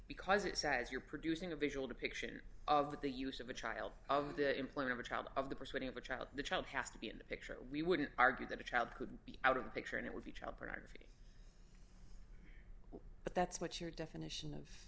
because it says you're producing a visual depiction of the use of a child of the employer of a child of the persuading of a child the child has to be in the picture we wouldn't argue that a child could be out of the picture and it would be child pornography but that's what your definition of